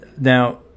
now